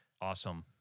Awesome